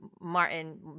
martin